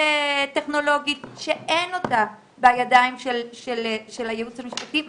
טכנולוגית שאין אותה בידיים של הייעוץ המשפטי,